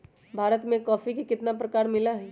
भारत में कॉफी के कितना प्रकार मिला हई?